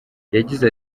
yagize